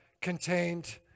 contained